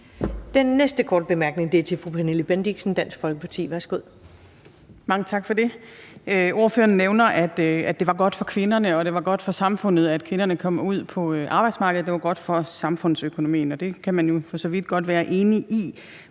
Den næste korte bemærkning er til fru Pernille Bendixen, Dansk Folkeparti. Værsgo. Kl. 17:07 Pernille Bendixen (DF): Mange tak for det. Ordføreren nævnte, at det var godt for kvinderne, og at det var godt for samfundet, altså det, at kvinderne kom ud på arbejdsmarkedet, var godt for samfundsøkonomien, og det kan man jo for så vidt godt være enig i.